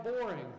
boring